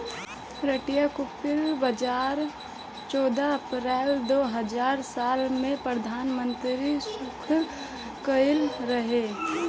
राष्ट्रीय कृषि बाजार चौदह अप्रैल दो हज़ार सोलह में प्रधानमंत्री शुरू कईले रहले